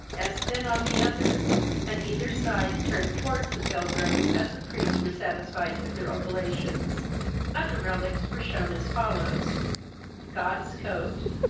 as thin on the other and either side turned towards the pilgrims as the priests were satisfied with their oblations other relics were shewn as follows god's coat,